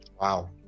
Wow